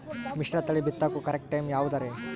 ಮಿಶ್ರತಳಿ ಬಿತ್ತಕು correct time ಯಾವುದರಿ?